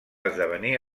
esdevenir